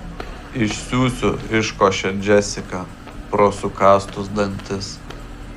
išsiųsiu iškošia džesika pro sukąstus dantis